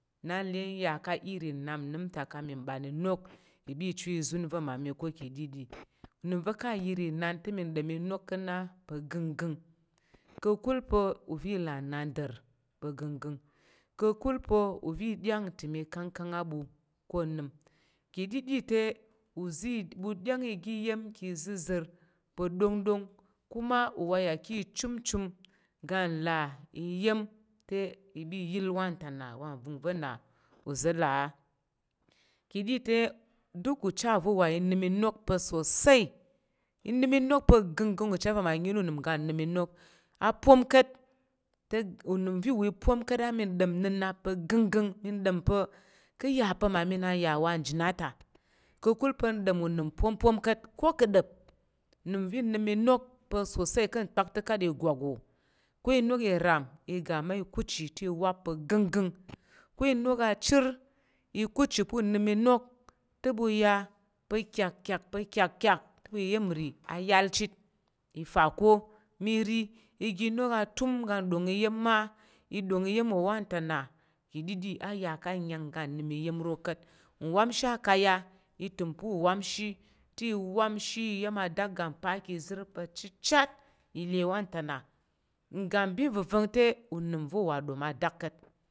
Na le ya ka̱ ri nnap nə te ka mi ban inok ibe i chu izun ve ma mi ko kiɗiɗi unim ve ka yir inan te min dom mi nok kana paginging kakul pa uvi la nnander pa ginging kakul po uvi dyen ntim i kangkang abu ko onim kiɗiɗi ta uzi—bu dyen ige iyem ki zizir pa dongdong kuma uwa ya ki chunchun ga la iyim te ibe i yil wan tana wa n vinve na uzo la a kiɗi te duk uche ve wa inim inok pasosai inim inok pa gingin uche ve ma nyina unim ga nim inok a pwon kat te unim vi uwa i pwon kat a mi dem nnenap pa ginging mi dem pa kaya pa manima nya wa nji nata kakul pa ndem unim pwon pwon kat ko kedep unim vi nim inok pa sosai kan pak tica igwak wo ko inok i ram iga ma ikuci te wap pa ginging ko inok a chir ikuchi punim inok te bu ya pe kek kek pa kek kek ta iyen mri a yal cit ife ko mi ri ige inok a tum ga dong iyen ma i dong iyen wo wantana kiɗiɗi ayaka nkyen ga nim iyen ro kat nwam shi akaya itim pu wanshi te wan shi iyen adak ga pa kizir pa chichit ile wantan na ngabinvivong te unim vo uwa dom adak kat.